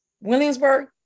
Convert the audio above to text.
Williamsburg